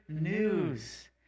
news